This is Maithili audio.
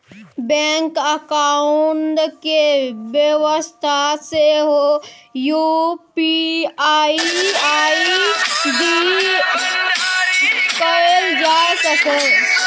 बैंक अकाउंट केर बेबस्था सेहो यु.पी.आइ आइ.डी कएल जा सकैए